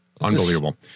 Unbelievable